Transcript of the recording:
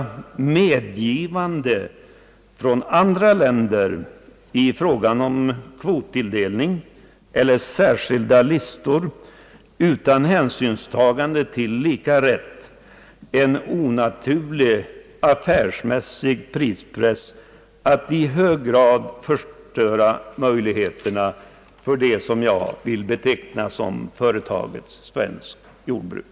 Sveriges handelspolitik medgivanden från andra länder i fråga om kvottilldelning eller särskilda listor utan hänsynstagande till lika rätt en onaturlig affärsmässig prispress att i hög grad förstöra möjligheterna för det som jag vill beteckna som företaget Svenskt Jordbruk.